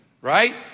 Right